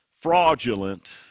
fraudulent